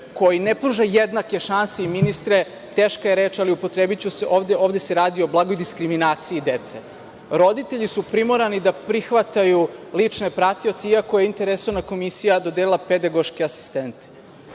koji ne pruža jednake šanse i ministre teška je reč, ali upotrebiću je, ovde se radi o blagoj diskriminaciji dece. Roditelji su primorani da prihvataju lične pratioce iako interresorna komisija dodelila pedagoške asistente.